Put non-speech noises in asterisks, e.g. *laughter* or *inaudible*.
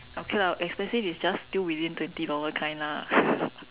okay lah expensive is just still within twenty dollar kind lah *laughs*